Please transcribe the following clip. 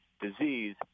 disease